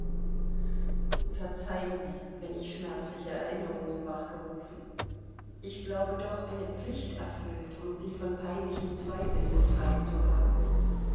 verzeihen sie wenn ich schmerzliche erinnerungen wachgerufen ich glaube doch eine pflicht erfüllt und sie von peinlichen zweifeln befreit zu haben